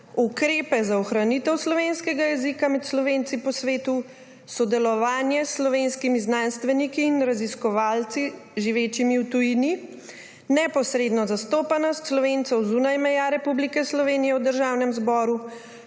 ukrepe za ohranitev slovenskega jezika med Slovenci po svetu; sodelovanje s slovenskimi znanstveniki in raziskovalci, živečimi v tujini; neposredno zastopanost Slovencev zunaj meja Republike Slovenije v Državnem zboru;